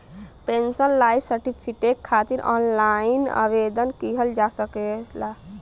pensioner life certificate खातिर online आवेदन किहल जा सकला